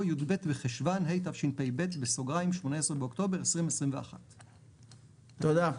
"י"ב בחשוון התשפ"ב (18 באוקטובר 2021)". תודה.